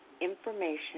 information